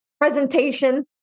presentation